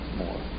more